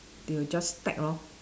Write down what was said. they will just stack lor